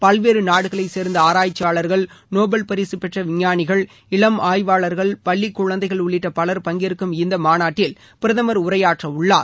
பல்வேறு நாடுகளைச் சேர்ந்த ஆராய்ச்சியாளர்கள் நோபல் பரிசுபெற்ற விஞ்ஞானிகள் இளம் ஆய்வாளர்கள் பள்ளிக் குழந்தைகள் உள்ளிட்ட பலர் பங்கேற்கும் இந்த மாநாட்டில் பிரதமர் உரையாற்றவுள்ளார்